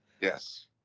Yes